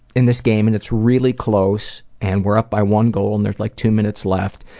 in this game, and it's really close. and we're up by one goal, and there's like two minutes left.